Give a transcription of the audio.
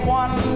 one